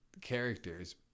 characters